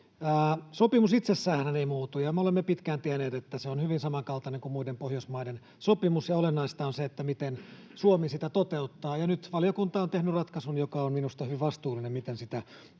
Sopimus itsessäänhän ei muutu, ja me olemme pitkään tienneet, että se on hyvin samankaltainen kuin muiden Pohjoismaiden sopimus ja olennaista on se, miten Suomi sitä toteuttaa. Nyt valiokunta on tehnyt ratkaisun, joka on minusta hyvin vastuullinen